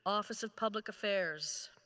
office of public affairs.